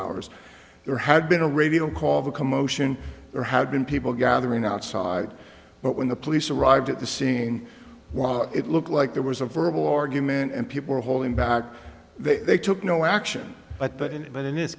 hours there had been a radio call the commotion there had been people gathering outside but when the police arrived at the scene while it looked like there was a verbal argument and people were holding back they took no action but that in but in this